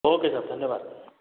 okay sir धन्यवाद